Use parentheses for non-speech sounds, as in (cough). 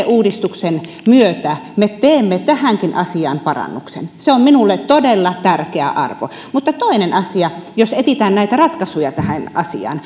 (unintelligible) uudistuksen myötä me teemme tähänkin asiaan parannuksen se on minulle todella tärkeä arvo mutta toinen asia jos etsitään näitä ratkaisuja tähän